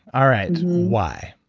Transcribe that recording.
all right. why?